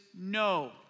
No